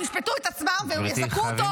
הם ישפטו את עצמם ויזכו אותו -- גברתי,